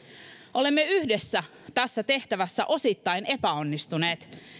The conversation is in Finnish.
olemme yhdessä tässä tehtävässä osittain epäonnistuneet